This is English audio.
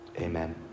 Amen